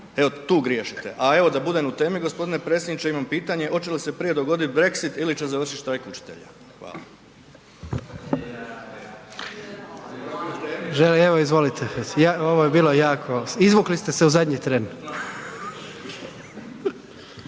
Evo tu griješite. A evo da budem u temi g. predsjedniče, imam pitanje, hoće li prije dogodit Brexit ili će završit štrajk učitelja? Hvala.